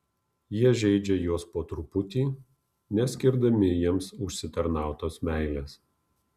jie žeidžia juos po truputį neskirdami jiems užsitarnautos meilės